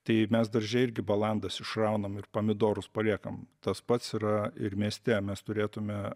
tai mes darže irgi balandas išraunam ir pomidorus paliekam tas pats yra ir mieste mes turėtume